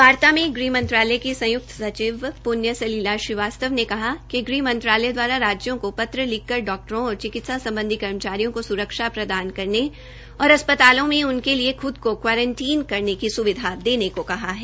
वार्ता में गृह मंत्रालय की संयुक्त सचिव पुण्य सलिला श्रीवास्तव ने कहा कि गृह मंत्रालय द्वारा राज्यों को पत्र लिखकर डॉक्टरों और चिकित्सा संबंधी कर्मचारियों को सुरक्षा प्रदान करने और अस्पतालों में उनके लिए खुद को क्वारंटीन करने की सुविधा देने को कहा है